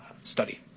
study